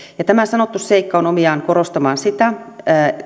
tämä sanottu seikka on omiaan korostamaan sitä kohtaa